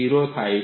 પર જાય છે